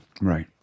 Right